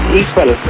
equal